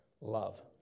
love